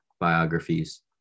biographies